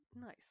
Nice